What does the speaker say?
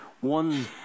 one